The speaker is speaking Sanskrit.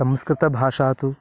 संस्कृतभाषा तु